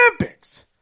Olympics